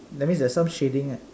that means there is some shading lah ya